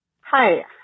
Hi